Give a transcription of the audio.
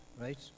right